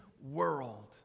world